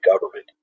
government